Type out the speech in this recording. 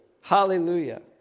hallelujah